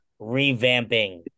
revamping